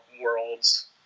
worlds